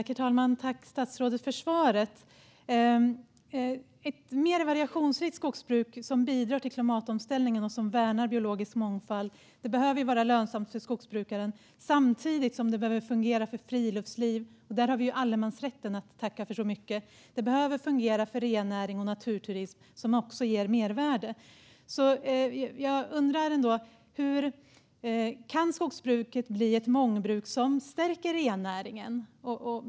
Herr talman! Tack, statsrådet, för svaret! Ett mer variationsrikt skogsbruk som bidrar till klimatomställningen och värnar biologisk mångfald behöver vara lönsamt för skogsbrukaren samtidigt som det behöver fungera för friluftsliv, och där har vi allemansrätten att tacka för så mycket. Det behöver fungera för rennäring och naturturism, som också ger mervärde. Hur kan skogsbruket bli ett mångbruk som stärker rennäringen?